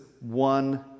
one